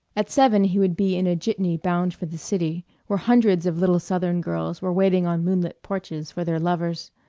at seven he would be in a jitney bound for the city, where hundreds of little southern girls were waiting on moonlit porches for their lovers.